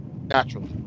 naturally